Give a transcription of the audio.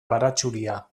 baratxuria